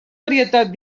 varietat